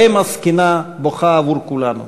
האֵם הזקנה בוכה עבור כולנו.